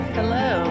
Hello